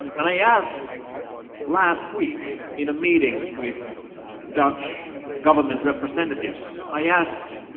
and i asked last week, in a meeting with dutch government representatives, i asked